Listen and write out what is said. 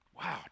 Wow